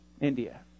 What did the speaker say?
India